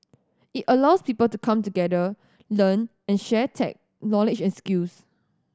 it allows people to come together learn and share tech knowledge and skills